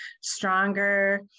stronger